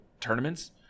tournaments